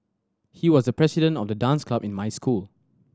he was president of the dance club in my school